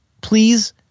please